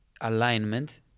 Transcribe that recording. alignment